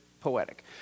poetic